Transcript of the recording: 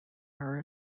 our